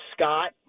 Scott